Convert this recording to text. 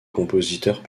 compositeurs